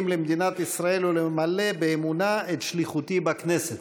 למדינת ישראל ולמלא באמונה את שליחותי בכנסת.